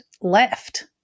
left